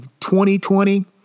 2020